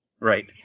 Right